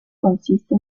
consiste